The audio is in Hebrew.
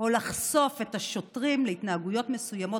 או לחשוף את השוטרים להתנהגויות מסוימות,